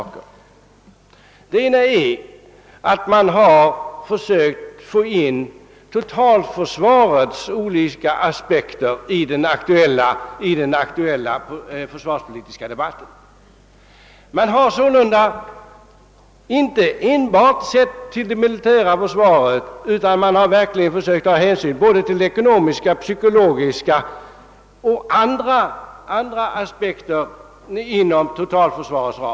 För det första har utredningen försökt få in totalförsvarets olika aspekter i den aktuella försvarspolitiska debatten. Utredningen har inte enbart sett till det militära försvaret utan verkligen försökt ta hänsyn till både ekonomiska, psykologiska och andra aspekter inom totalförsvarets ram.